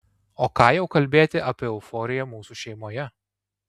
o ką jau kalbėti apie euforiją mūsų šeimoje